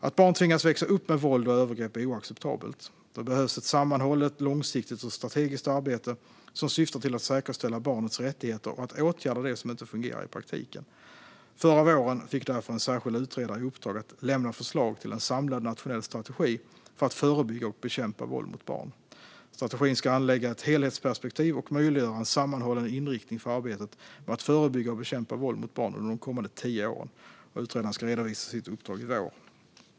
Att barn tvingas växa upp med våld och övergrepp är oacceptabelt. Det behövs ett sammanhållet, långsiktigt och strategiskt arbete som syftar till att säkerställa barnets rättigheter och att åtgärda det som inte fungerar i praktiken. Förra våren fick därför en särskild utredare i uppdrag att lämna förslag till en samlad nationell strategi för att förebygga och bekämpa våld mot barn. Strategin ska anlägga ett helhetsperspektiv och möjliggöra en sammanhållen inriktning för arbetet med att förebygga och bekämpa våld mot barn under de kommande tio åren. Utredaren ska redovisa sitt uppdrag i vår.